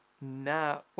now